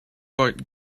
but